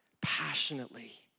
passionately